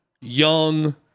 young